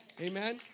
Amen